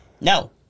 No